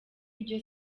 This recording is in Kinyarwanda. ibyo